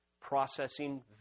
processing